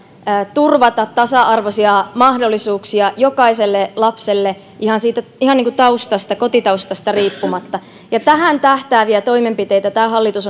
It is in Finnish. turvataan tasa arvoisia mahdollisuuksia jokaiselle lapselle ihan kotitaustasta riippumatta ja tähän tähtääviä toimenpiteitä tämä hallitus